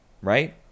Right